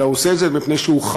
אלא הוא עושה את זה מפני שהוא חרד